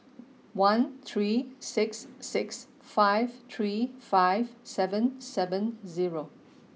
one three six six five three five seven seven zero